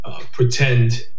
Pretend